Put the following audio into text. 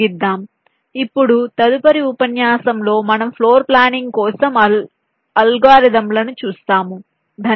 కాబట్టి ఇప్పుడు తదుపరి ఉపన్యాసంలో మనము ఫ్లోర్ ప్లానింగ్ కోసం అల్గోరిథంలను చూస్తాము